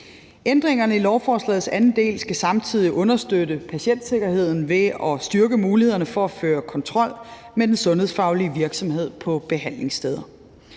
Ændringerne i lovforslagets anden del skal samtidig understøtte patientsikkerheden ved at styrke mulighederne for at føre kontrol med den sundhedsfaglige virksomhed på behandlingssteder.